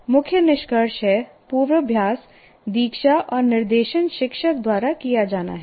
मुख्य निष्कर्ष है पूर्वाभ्यास दीक्षा और निर्देशन शिक्षक द्वारा किया जाना है